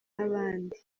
abandi